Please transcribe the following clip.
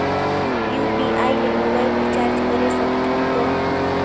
UPI ले mobile recharge करे सकथन कौन?